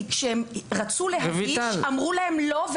כי כשהם רצו להגיש אמרו להם לא,